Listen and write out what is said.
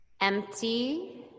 Empty